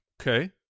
Okay